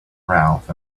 ralph